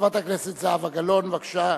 חברת הכנסת זהבה גלאון, בבקשה.